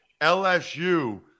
LSU